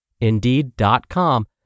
Indeed.com